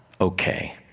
okay